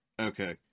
Okay